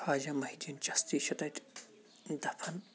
خواجہ محی الدیٖن چَستی چھُ تَتہِ دَفَن